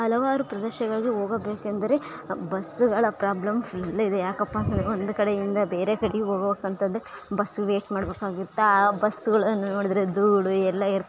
ಹಲವಾರು ಪ್ರದೇಶಗಳಿಗೆ ಹೋಗಬೇಕೆಂದರೆ ಬಸ್ಗಳ ಪ್ರಾಬ್ಲಮ್ ಫುಲ್ ಇದೆ ಯಾಕಪ್ಪ ಅಂದರೆ ಒಂದು ಕಡೆಯಿಂದ ಬೇರೆ ಕಡೆಗೆ ಹೋಗಬೇಕೆಂತಂದರೆ ಬಸ್ ವೇಟ್ ಮಾಡಬೇಕಾಗುತ್ತೆ ಆ ಬಸ್ಗಳನ್ನು ನೋಡಿದರೆ ಧೂಳು ಎಲ್ಲ ಇರುತ್ತೆ